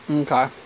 okay